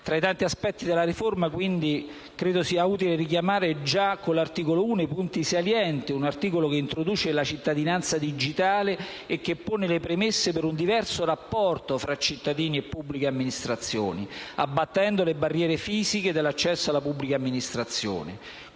Tra i tanti aspetti della riforma credo sia utile richiamare i punti salienti contenuti già nell'articolo 1, che introduce la cittadinanza digitale e che pone le premesse per un diverso rapporto tra cittadini e pubbliche amministrazioni, abbattendo le barriere fisiche dell'accesso alla pubblica amministrazione.